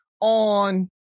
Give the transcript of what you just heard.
on